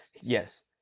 Yes